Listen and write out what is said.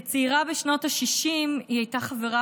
כצעירה בשנות השישים היא הייתה חברה